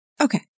Okay